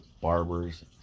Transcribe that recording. barber's